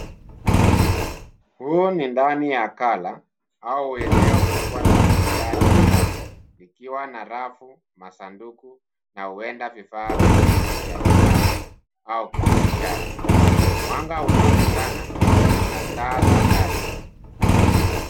Huu ni ndani ya akala au eneo kubwa la kuhifadhi bidhaa, likiwa na rafu, masanduku na huenda vifaa vingine vya nyumbani au kibiashara. Mwanga unaonekana na taa za dari.